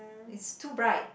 is too bright